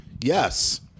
Yes